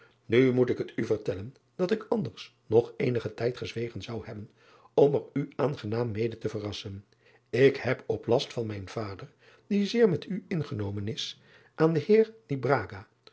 u moet ik het u vertellen dat ik anders nog eenigen tijd gezwegen zou hebben om er u aangenaam mede te verrassen k heb op last van mijn vader die zeer met u ingenomen is aan den eer